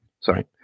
sorry